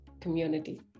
community